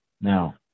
Now